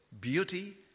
beauty